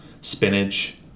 spinach